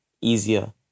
easier